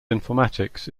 informatics